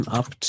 up